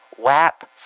wap